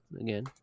again